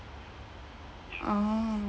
oh